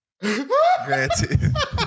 Granted